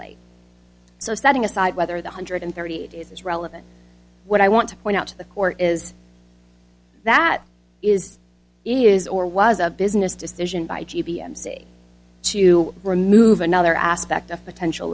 late so setting aside whether the hundred thirty eight is relevant what i want to point out to the court is that is is or was a business decision by g b mc to remove another aspect of potential